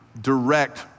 direct